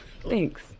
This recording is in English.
Thanks